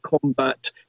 combat